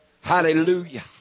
Hallelujah